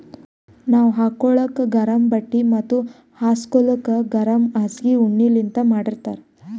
ನಾವ್ ಹಾಕೋಳಕ್ ಗರಮ್ ಬಟ್ಟಿ ಮತ್ತ್ ಹಚ್ಗೋಲಕ್ ಗರಮ್ ಹಾಸ್ಗಿ ಉಣ್ಣಿಲಿಂತ್ ಮಾಡಿರ್ತರ್